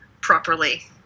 properly